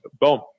Boom